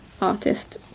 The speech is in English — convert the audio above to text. artist